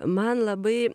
man labai